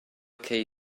cei